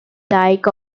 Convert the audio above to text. dyck